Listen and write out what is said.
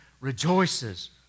rejoices